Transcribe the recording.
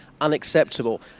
unacceptable